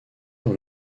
dans